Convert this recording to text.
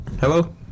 Hello